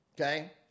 Okay